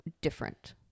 different